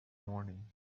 morning